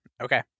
Okay